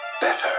better